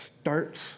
starts